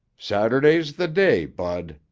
saturday's the day, bud.